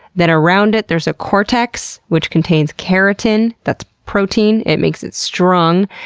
then around it there's a cortex which contains keratin, that's protein. it makes it strong.